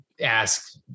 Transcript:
ask